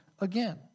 again